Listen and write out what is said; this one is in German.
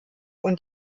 und